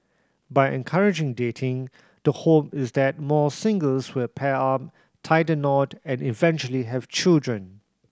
by encouraging dating the hope is that more singles will pair up tie the knot and eventually have children